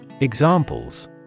Examples